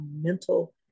mental